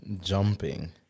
jumping